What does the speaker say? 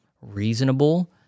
reasonable